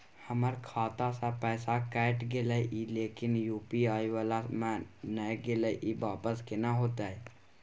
हमर खाता स पैसा कैट गेले इ लेकिन यु.पी.आई वाला म नय गेले इ वापस केना होतै?